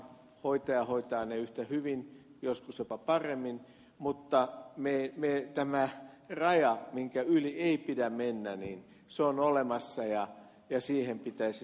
hoitaja hoitaa ne yhtä hyvin joskus jopa paremmin mutta tämä raja minkä yli ei pidä mennä on olemassa ja siihen pitäisi suhtautua hyvin tarkoin